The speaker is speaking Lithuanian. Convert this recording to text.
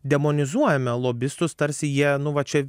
demonizuojame lobistus tarsi jie nu va čia